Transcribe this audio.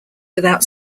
without